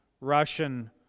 Russian